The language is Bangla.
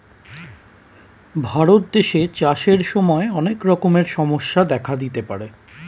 ভারত দেশে চাষের সময় অনেক রকমের সমস্যা দেখা দিতে পারে